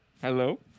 hello